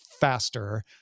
faster